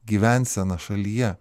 gyvenseną šalyje